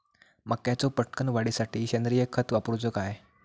मक्याचो पटकन वाढीसाठी सेंद्रिय खत वापरूचो काय?